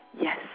Yes